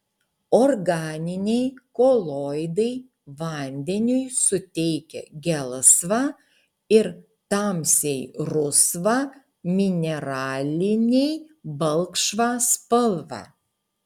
organiniai koloidai vandeniui suteikia gelsvą ir tamsiai rusvą mineraliniai balkšvą spalvą